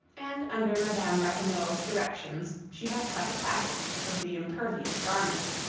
and under madame ratignolle's directions she had cut a pattern of the impervious garment.